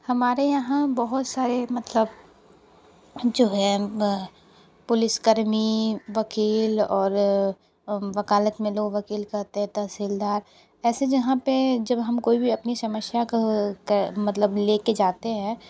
हमारे यहाँ बहुत सारे मतलब जो है पुलिसकर्मी वकील और वकालत में लोग वकील करते हैं तहसीलदार ऐसे जहाँ पे जब हम कोई भी अपनी समस्या का मतलब लेके जाते हैं